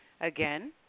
Again